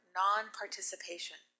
non-participation